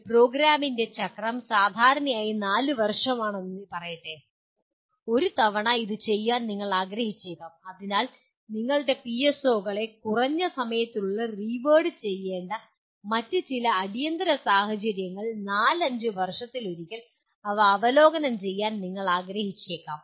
ഒരു പ്രോഗ്രാമിന്റെ ഒരു ചക്രം സാധാരണയായി നാല് വർഷമാണെന്ന് പറയട്ടെ ഒരു തവണ ഇത് ചെയ്യാൻ നിങ്ങൾ ആഗ്രഹിച്ചേക്കാം അതിനാൽ നിങ്ങളുടെ പിഎസ്ഒകളെ കുറഞ്ഞ സമയത്തിനുള്ളിൽ റീവേഡ് ചെയ്യേണ്ട മറ്റ് ചില അടിയന്തിര സാഹചര്യങ്ങളില്ലെങ്കിൽ 4 വർഷത്തിലൊരിക്കൽ അവ അവലോകനം ചെയ്യാൻ നിങ്ങൾ ആഗ്രഹിച്ചേക്കാം